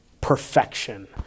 perfection